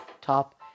top